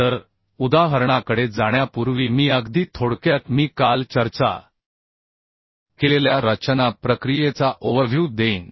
तर उदाहरणाकडे जाण्यापूर्वी मी अगदी थोडक्यात मी काल चर्चा केलेल्या रचना प्रक्रियेचा ओवरव्ह्यू देईन